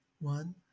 One